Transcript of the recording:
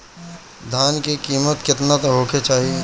धान के किमत केतना होखे चाही?